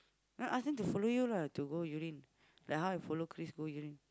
ya ask them to follow you lah to go urine like how I follow Chris go urine